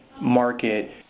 market